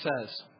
says